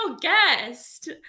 guest